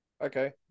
Okay